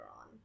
on